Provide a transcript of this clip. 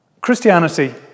Christianity